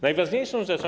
Najważniejszą rzeczą.